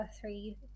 three